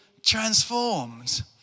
Transformed